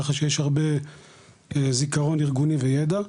ככה שיש הרבה זיכרון ארגוני וידע.